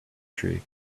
tree